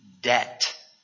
debt